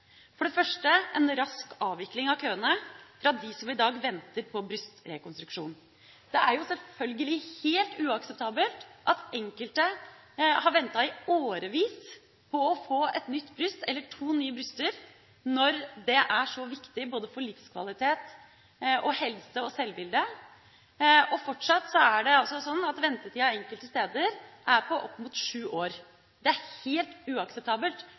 for det første en rask avvikling av køene for dem som i dag venter på brystrekonstruksjon. Det er jo sjølsagt helt uakseptabelt at enkelte har ventet i årevis på å få et nytt bryst – eller to nye bryster – når det er så viktig for både livskvalitet, helse og sjølbilde. Fortsatt er det sånn at ventetida enkelte steder er på opp mot sju år. Det er helt uakseptabelt,